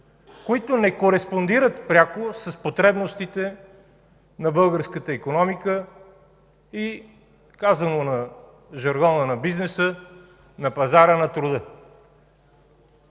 които не кореспондират пряко с потребностите на българската икономика и – казано на жаргона на бизнеса – на пазара на труда.